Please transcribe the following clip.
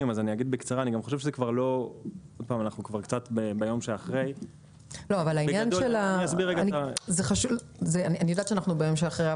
וגם כי אנחנו כבר ביום שאחרי --- נכון שאנחנו ביום שאחרי,